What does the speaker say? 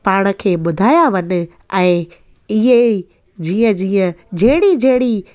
पाण खे ॿुधाया वञे ऐं इहे ई जीअं जीअं जहिड़ी जहिड़ी